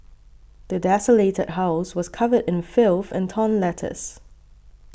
the desolated house was covered in filth and torn letters